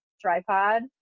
tripod